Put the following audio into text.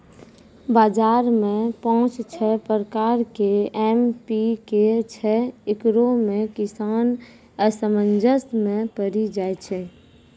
बाजार मे पाँच छह प्रकार के एम.पी.के छैय, इकरो मे किसान असमंजस मे पड़ी जाय छैय?